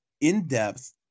in-depth